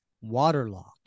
waterlogged